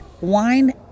wine